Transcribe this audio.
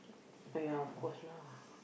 !aiya! of course lah